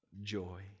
joy